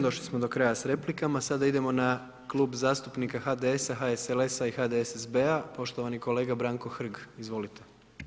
Došli smo do kraja s replikama, sada idemo na Klub zastupnika HDS-a, HSLS-a i HDSSB-a, poštovani kolega Branko Hrg, izvolite.